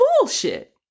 bullshit